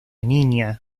niña